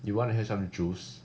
you want to hear some juice